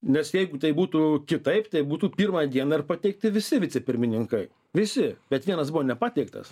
nes jeigu tai būtų kitaip tai būtų pirmą dieną ir pateikti visi vicepirmininkai visi bet vienas buvo nepateiktas